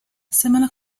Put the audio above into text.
similar